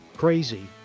Crazy